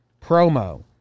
Promo